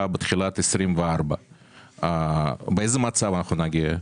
בתחילת שנת 2024. באיזה מצב אנחנו נגיע?